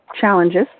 challenges